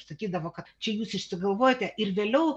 sakydavo kad čia jūs išsigalvojate ir vėliau